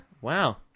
Wow